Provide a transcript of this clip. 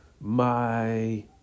My